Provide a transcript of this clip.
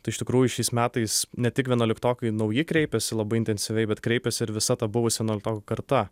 tai iš tikrųjų šiais metais ne tik vienuoliktokai nauji kreipiasi labai intensyviai bet kreipiasi ir visa ta buvusi nuo to karta